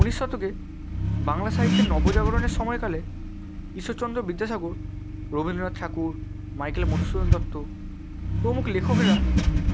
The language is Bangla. ঊনিশ শতকে বাংলা সাহিত্যে নবজাগরণের সময়কালে ঈশ্বরচন্দ্র বিদ্যাসাগর রবীন্দ্রনাথ ঠাকুর মাইকেল মধুসূদন দত্ত প্রমুখ লেখকেরা